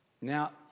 Now